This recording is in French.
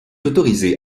autorisée